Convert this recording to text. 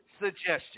suggestion